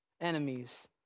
enemies